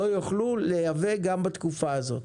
לא יוכלו לייבא גם בתקופה הזאת?